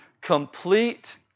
complete